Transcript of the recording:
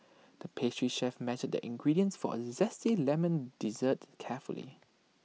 the pastry chef measured the ingredients for A Zesty Lemon Dessert carefully